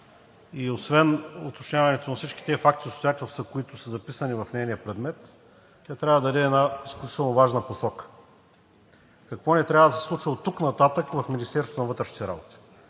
и освен уточняването на всички тези факти и обстоятелства, които са записани в нейния предмет, тя трябва да даде една изключително важна посока. Какво не трябва да се случва оттук нататък в Министерството на вътрешните работи;